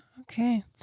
okay